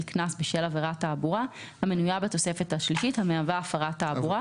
קנס בשל עבירת תעבורה המנויה בתוספת השלישית המהווה הפרת תעבורה,